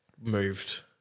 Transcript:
moved